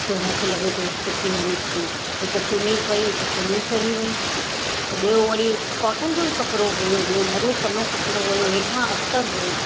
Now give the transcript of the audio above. त मूंखे लगे सुठी न निकिती हिकु चुन्नी खई त चुन्नी सड़ी वई त ॿियों वरी कॉटन जो ही कपपीड़ो हुओ ॿियों ॾाढो सभो कपिड़ो हुओ हेठा अस्तर हुओ